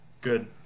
Good